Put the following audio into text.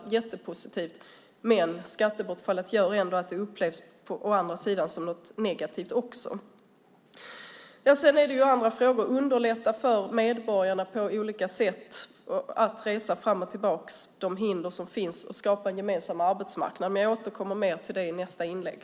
Men det är lite olyckligt att skattebortfallet medför att det också upplevs som något negativt. Det finns också andra frågor. Det handlar om att underlätta för medborgarna på olika sätt att resa fram och tillbaka och de hinder som finns att skapa en gemensam arbetsmarknad. Jag återkommer mer till det i nästa inlägg.